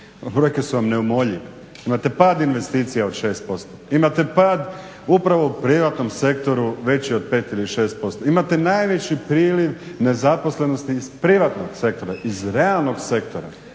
brojke su vam neumoljive. Imate pad investicija od 6%, imate pad upravo u privatnom sektoru veći od 5 ili 6%, imate najveći priljev nezaposlenosti iz privatnog sektora, iz realnog sektora.